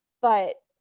but